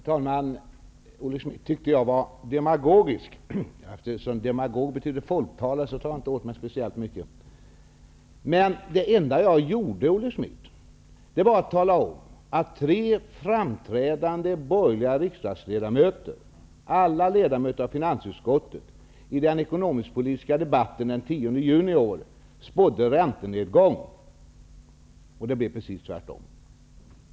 Fru talman! Olle Schmidt tyckte att jag var demagogisk. Eftersom demagog betyder folktalare tar jag inte åt mig speciellt mycket. Det enda jag gjorde, Olle Schmidt, var att tala om att tre framträdande borgerliga riksdagsledamöter, alla ledamöter i finansutskottet, i den ekonomiskpolitiska debatten den 10 juni i år spådde räntenedgång, och jag sade att det blev precis tvärtom.